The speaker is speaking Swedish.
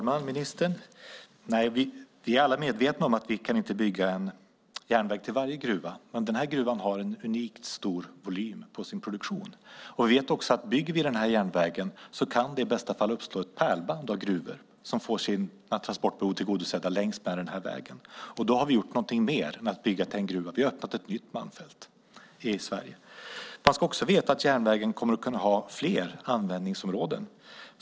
Fru talman! Vi är alla medvetna om att vi inte kan bygga en järnväg till varje gruva, men den här gruvan har en unikt stor volym på sin produktion. Vi vet också att om vi bygger den här järnvägen kan det i bästa fall uppstå ett pärlband av gruvor som får sina transportbehovs tillgodosedda. Då har vi gjort något mer än att bygga järnväg till en gruva - vi har öppnat ett nytt malmfält i Sverige. Man ska också veta att järnvägen kommer att kunna ha fler användningsområden.